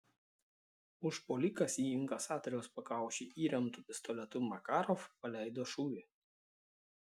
užpuolikas į inkasatoriaus pakaušį įremtu pistoletu makarov paleido šūvį